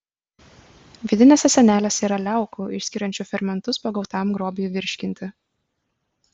vidinėse sienelėse yra liaukų išskiriančių fermentus pagautam grobiui virškinti